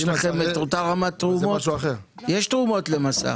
יש תרומות ל'מסע',